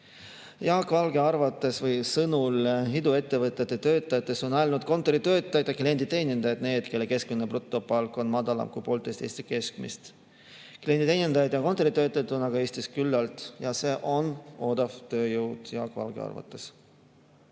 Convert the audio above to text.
Jaak Valge arvates või sõnul iduettevõtete töötajatest on ainult kontoritöötajad ja klienditeenindajad need, kelle keskmine brutopalk on madalam kui poolteist Eesti keskmist. Klienditeenindajaid ja kontoritöötajaid on aga Eestis küllalt ja see on Jaak Valge arvates